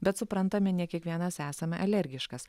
bet suprantame ne kiekvienas esame alergiškas